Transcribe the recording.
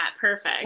Perfect